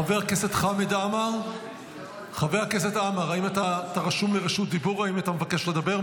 חבר הכנסת חמד עמאר, האם אתה מבקש לדבר?